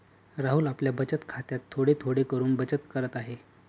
राहुल आपल्या बचत खात्यात थोडे थोडे करून बचत करत आहे